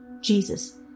Jesus